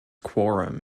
quorum